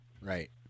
Right